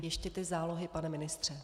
Ještě ty zálohy, pane ministře.